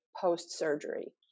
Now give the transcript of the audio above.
post-surgery